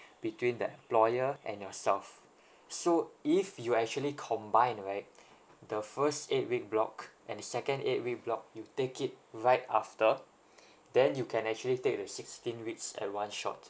between the employer and yourself so if you actually combine right the first eight week block and the second eight week block you take it right after then you can actually take the sixteen weeks at one shot